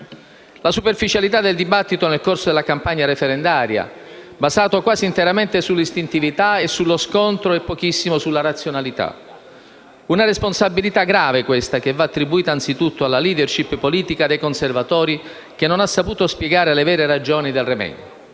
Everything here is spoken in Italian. la superficialità del dibattito nel corso della campagna referendaria, basato quasi interamente sull'istintività e sullo scontro e pochissimo sulla razionalità: si tratta di una responsabilità grave, che va attribuita anzitutto alla *leadership* politica dei conservatori, che non ha saputo spiegare le vere ragioni del *remain*.